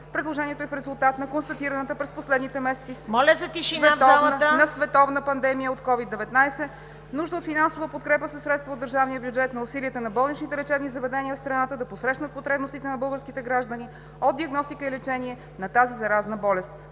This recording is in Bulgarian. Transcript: Предложението е в резултат на констатираната, през последните месеци на световна пандемия от COVID-19, нужда от финансова подкрепа със средства от държавния бюджет на усилията на болничните лечебни заведения в страната да посрещнат потребностите на българските граждани от диагностика и лечение на тази заразна болест.